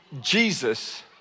Jesus